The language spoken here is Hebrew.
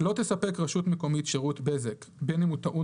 "לא תספק רשות מקומית שירות בזק בין אם הוא טעון